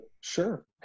sure